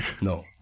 no